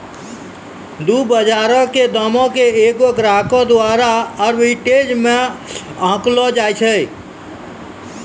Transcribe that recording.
दु बजारो के दामो के एगो ग्राहको द्वारा आर्बिट्रेज मे आंकलो जाय छै